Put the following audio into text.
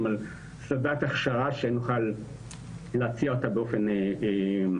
על סדנת הכשרה שנוכל להציע אותה באופן ארצי,